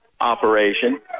operation